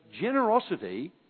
generosity